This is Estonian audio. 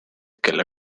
kelle